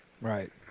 Right